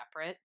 separate